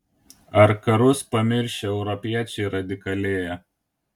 ar karus pamiršę europiečiai radikalėja